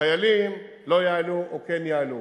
חיילים לא יעלו או כן יעלו.